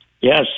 Yes